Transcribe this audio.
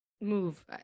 Move